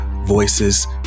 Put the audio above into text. voices